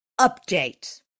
update